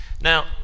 Now